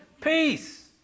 Peace